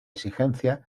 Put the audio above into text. exigencias